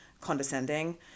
condescending